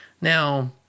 Now